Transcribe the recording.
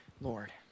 Lord